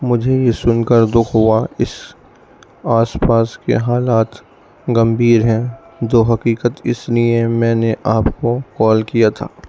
مجھے یہ سن کر دکھ ہوا اس آس پاس کے حالات گھمبیر ہیں دوحقیقت اس لیے میں نے آپ کو کال کیا تھا